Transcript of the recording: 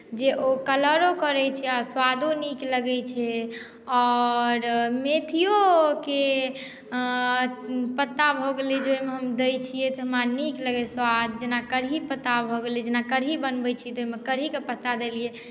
जे ओ कलरो करैत छै आ स्वादो नीक लगैत छै आओर मेथियोके पत्ता भऽ गेलै जे हम दैत छियै तऽ हमरा नीक लगैए स्वाद जेना कढ़ी पत्ता भऽ गेलै जेना कढ़ी बनबैत छी तऽ ओहिमे कढ़ीक पत्ता देलियै